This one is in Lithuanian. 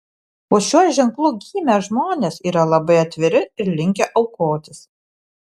po šiuo ženklu gimę žmonės yra labai atviri ir linkę aukotis